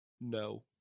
No